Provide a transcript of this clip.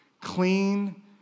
clean